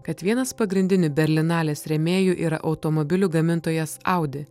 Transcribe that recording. kad vienas pagrindinių berlinalės rėmėjų yra automobilių gamintojas audi